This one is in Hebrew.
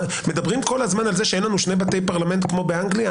מדברים כל הזמן על זה שאין לנו שני בתי פרלמנט כמו באנגליה,